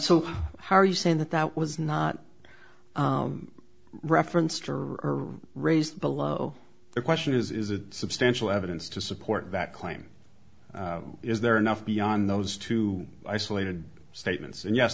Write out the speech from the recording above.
so how are you saying that that was not referenced or raised below the question is it substantial evidence to support that claim is there enough beyond those two isolated statements